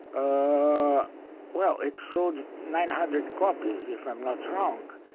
ah well, it sold nine hundred copies if i'm not wrong.